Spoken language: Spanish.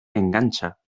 engancha